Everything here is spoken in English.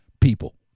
people